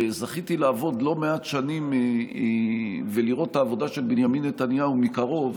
שזכיתי לעבוד לא מעט שנים ולראות את העבודה של בנימין נתניהו מקרוב,